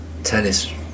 Tennis